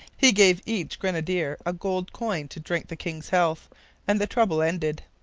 he gave each grenadier a gold coin to drink the king's health and the trouble ended.